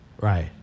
Right